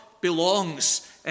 belongs